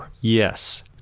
Yes